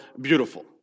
beautiful